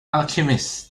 alchemists